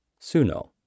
Suno